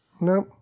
No